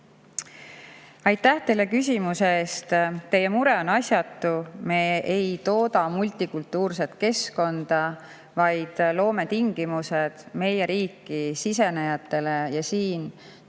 Aitäh teile küsimuse eest! Teie mure on asjatu. Me ei tooda multikultuurset keskkonda, vaid loome tingimused meie riiki sisenejatele, siia tööle